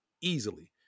easily